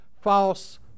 false